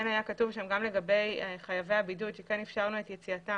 כן היה כתוב שם לגבי חייבי הבידוד שכן אפשרנו את יציאתם,